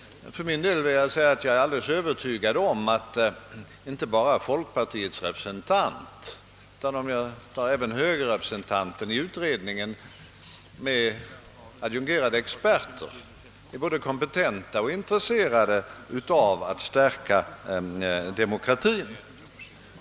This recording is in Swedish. Jag är alldeles övertygad om att inte bara folkpartiets representant i utredningen utan även högerns representant jämte adjungerade experter är både kompetenta och intresserade av att stärka demokratien.